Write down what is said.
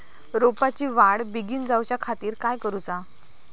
रोपाची वाढ बिगीन जाऊच्या खातीर काय करुचा?